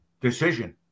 Decision